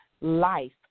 life